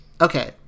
Okay